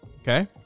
Okay